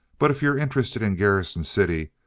but if you're interested in garrison city,